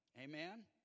Amen